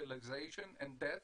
hospitalization and deaths